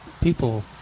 people